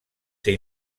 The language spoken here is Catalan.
ser